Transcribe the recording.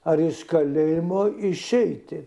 ar iš kalėjimo išeiti